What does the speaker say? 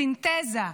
סינתזה.